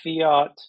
fiat